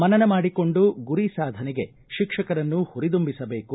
ಮನನ ಮಾಡಿಕೊಂಡು ಗುರಿ ಸಾಧನೆಗೆ ಶಿಕ್ಷಕರನ್ನು ಹುರಿದುಂಬಿಸಬೇಕು